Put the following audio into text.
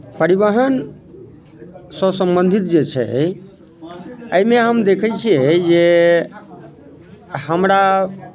परिवहन सँ सम्बन्धित जे छै एहिमे हम देखैत छियै जे हमरा